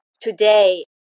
today